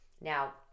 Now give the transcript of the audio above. Now